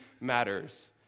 matters